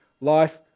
Life